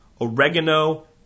oregano